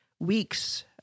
weeks